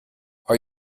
are